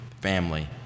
family